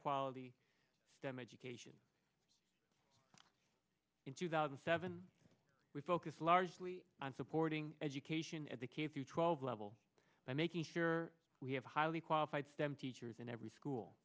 quality stem education in two thousand and seven we focused largely on supporting education at the cape to twelve level by making sure we have highly qualified stem teachers in every school